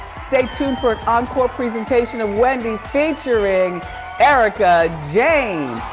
stay tuned for an encore presentation of wendy, featuring erika jayne.